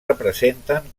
representen